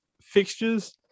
fixtures